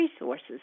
resources